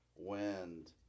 Wind